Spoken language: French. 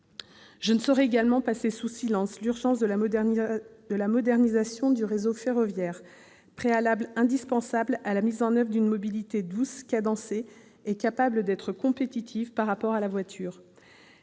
Je ne saurais également passer sous silence l'urgence de la modernisation du réseau ferroviaire, préalable indispensable à la mise en oeuvre d'une mobilité douce, cadencée et capable d'être compétitive par rapport à la voiture.